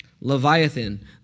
Leviathan